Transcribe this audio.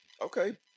Okay